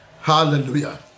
Hallelujah